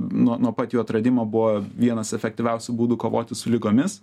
nuo nuo pat jų atradimo buvo vienas efektyviausių būdų kovoti su ligomis